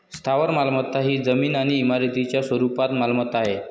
स्थावर मालमत्ता ही जमीन आणि इमारतींच्या स्वरूपात मालमत्ता आहे